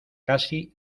casi